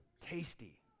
Tasty